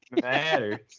matter